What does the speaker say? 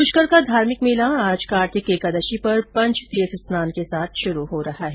पुष्कर का धार्मिक मेला आज कार्तिक एकादशी पर पंचतीर्थ स्नान के साथ शुरू हो रहा है